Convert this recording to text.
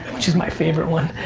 which is my favorite one.